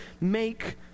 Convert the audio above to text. make